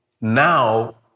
now